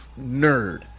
nerd